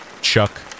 Chuck